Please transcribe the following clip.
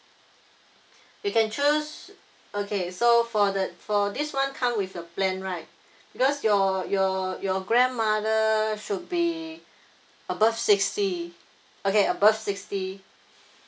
you can choose okay so for the for this [one] come with the plan right because your your your grandmother should be above sixty okay above sixty